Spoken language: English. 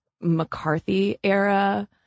McCarthy-era